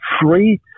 free